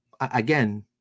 again